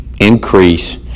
increase